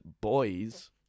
boys